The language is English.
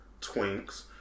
twinks